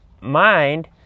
mind